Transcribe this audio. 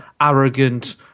arrogant